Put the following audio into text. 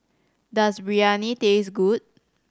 does Biryani taste good